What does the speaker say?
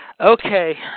Okay